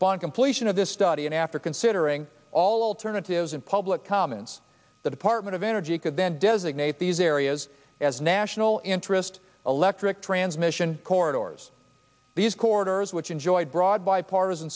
upon completion of this study and after considering all alternatives in public comments the department of energy could then designate these areas as national interest electric transmission corridors these corridors which enjoyed broad bipartisan